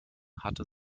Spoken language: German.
hatte